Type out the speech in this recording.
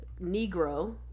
Negro